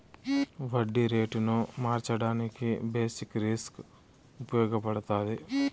వడ్డీ రేటును మార్చడానికి బేసిక్ రిస్క్ ఉపయగపడతాది